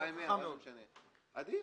זה עדיף.